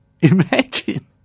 Imagine